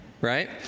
right